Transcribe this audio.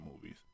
movies